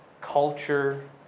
culture